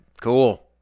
cool